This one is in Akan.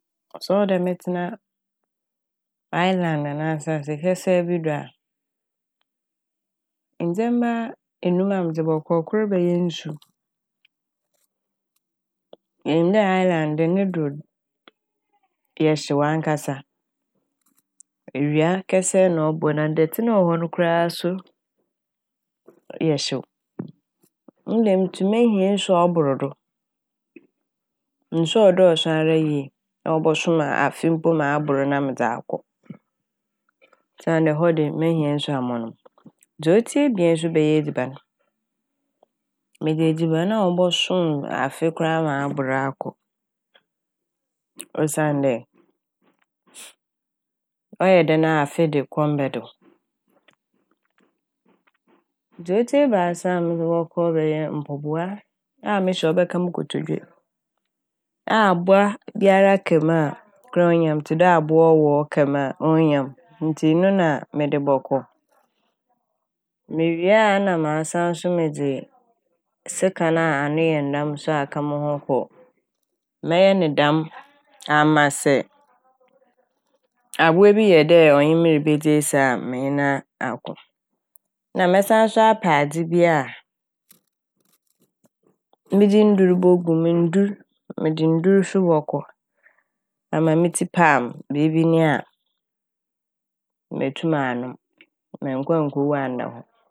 Sɛ ɔwɔ dɛ metsena "island" anaa asaase kɛsɛɛ bi do a ndzɛma enum a medze bɔkɔ, kor bɛyɛ nsu inyim dɛ "island" de ne do yɛ hyew ankasa. Ewia kɛsɛɛ na ɔbɔ na datse na ɔwɔ hɔ koraa so no do yɛ hyew. Ne dɛm ntsi mehia nsu ɔbordo, nsu a ɔdɔɔso ara yie na ɔbɔso m' afe mpo ma abor na medze akɔ. Osiandɛ hɔ de mehia nsu a mɔnom. Dza otsia ebien so bɛyɛ edziban. Medze edziban a ɔbɔso m' afe ma ɔabor akɔ osiandɛ ɔyɛ dɛn a afe dze kɔm bɛdze wo. Dza otsia ebiasa mede bɔkɔ yɛ mbɔbowa a mehyɛ a ɔbɛka mo kotodwe a abowa biara ka me a koraa a onnya me tse dɛ abowa ɔwɔ ka me a onnya me ntsi no na mede bɔkɔ. Mewie na ma sanso medze sekan a ano yɛ nam aka mo ho kɔ, mɛyɛ ne dɛm ama sɛ abowa bi yɛ dɛ ɔnye me rebedi esi a menye no a- akɔ. Na mɛsanso apɛ adze bi a medze ndur bo gu m' ndur mede ndur so bɔkɔ na ma me tsir paa m', biribi nyi a metum manom mennko ewu annda hɔ.